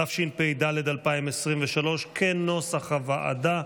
התשפ"ד 2023, כנוסח הוועדה.